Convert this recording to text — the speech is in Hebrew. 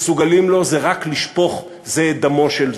מסוגלים לו זה רק לשפוך זה את דמו של זה,